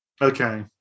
Okay